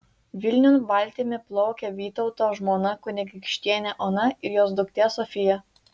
vilniun valtimi plaukia vytauto žmona kunigaikštienė ona ir jos duktė sofija